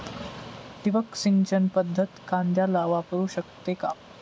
ठिबक सिंचन पद्धत कांद्याला वापरू शकते का?